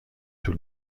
طول